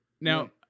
Now